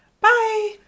Bye